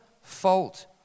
fault